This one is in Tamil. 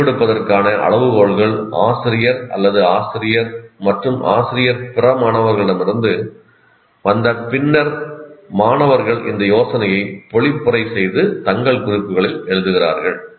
முடிவெடுப்பதற்கான அளவுகோல்கள் ஆசிரியர் அல்லது ஆசிரியர் மற்றும் அல்லது பிற மாணவர்களிடமிருந்து வந்த பின்னர் மாணவர்கள் இந்த யோசனையை பொழிப்புரை செய்து தங்கள் குறிப்புகளில் எழுதுகிறார்கள்